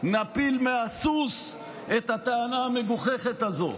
נפיל מהסוס את הטענה המגוחכת הזאת.